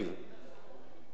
זו עיר שלמה.